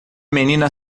menina